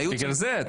בגלל זה.